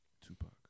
Tupac